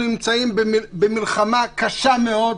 אנחנו נמצאים במלחמה קשה מאוד.